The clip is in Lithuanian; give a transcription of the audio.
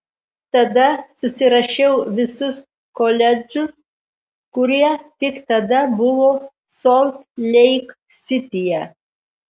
tada susirašiau visus koledžus kurie tik tada buvo solt leik sityje